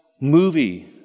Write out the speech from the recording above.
movie